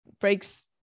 breaks